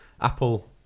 apple